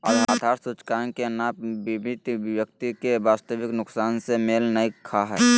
आधार सूचकांक के नाप बीमित व्यक्ति के वास्तविक नुकसान से मेल नय खा हइ